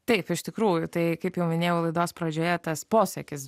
taip iš tikrųjų tai kaip jau minėjau laidos pradžioje tas posakis